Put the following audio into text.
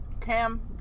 Cam